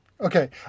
Okay